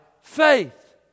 faith